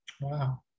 wow